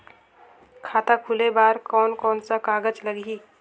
खाता खुले बार कोन कोन सा कागज़ लगही?